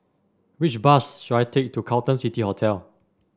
which bus should I take to Carlton City Hotel